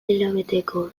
hilabeteko